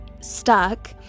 stuck